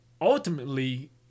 ultimately